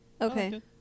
Okay